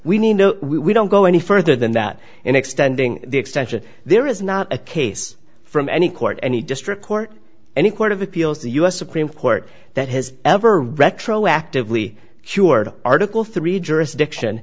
we know we don't go any further than that in extending the extension there is not a case from any court any district court any court of appeals the u s supreme court that has ever retroactively cured article three jurisdiction